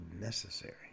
necessary